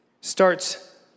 starts